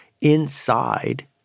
inside